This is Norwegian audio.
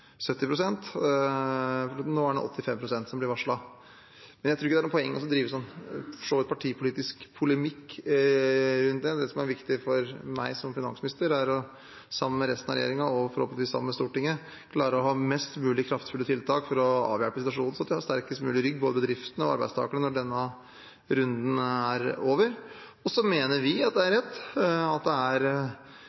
Nå blir det varslet 85 pst., men jeg tror for så vidt ikke det er noe poeng å drive partipolitisk polemikk rundt det. Det som er viktig for meg som finansminister, er sammen med resten av regjeringen og forhåpentligvis sammen med Stortinget å klare å ha mest mulig kraftfulle tiltak for å avhjelpe situasjonen, sånn at både bedriftene og arbeidstakerne har sterkest mulig rygg når denne runden er over. Vi mener at det er rett at det fra neste sommer er